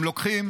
הם לוקחים